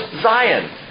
Zion